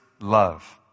love